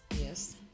Yes